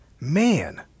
Man